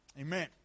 Amen